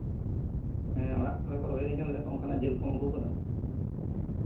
ᱦᱮᱸ ᱚᱲᱟᱜ ᱠᱚᱨᱮᱜ ᱠᱚ ᱨᱚᱦᱮᱫᱤᱧ ᱠᱟᱱᱟ ᱱᱚᱝᱠᱟᱱᱟᱜ ᱡᱤᱞ ᱮᱢ ᱟᱹᱜᱩ ᱠᱟᱫᱟ